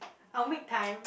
I will make time